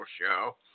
show